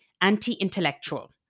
anti-intellectual